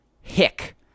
hick